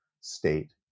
state